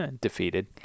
Defeated